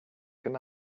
can